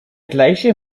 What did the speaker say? glacier